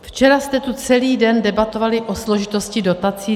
Včera jste tu celý den debatovali o složitosti dotací.